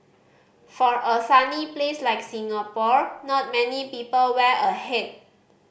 for a sunny place like Singapore not many people wear a hat